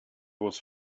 was